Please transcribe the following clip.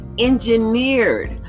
engineered